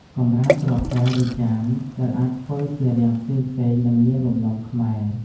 កម្រាលទ្រាប់កែវ ឬចាន ដែលអាចធ្វើជារាងផ្សេងៗ និងមានលំនាំខ្មែរ។